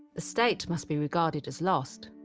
the state must be regarded as lost.